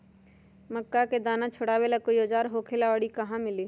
मक्का के दाना छोराबेला कोई औजार होखेला का और इ कहा मिली?